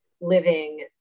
living